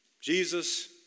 Jesus